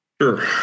Sure